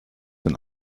den